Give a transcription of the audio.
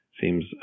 seems